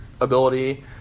ability